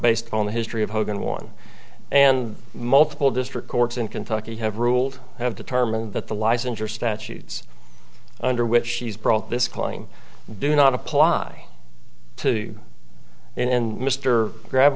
based on the history of hogan one and multiple district courts in kentucky have ruled have determined that the licensure statutes under which she's brought this kline do not apply to and mr grab